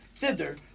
thither